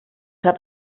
hat